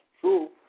true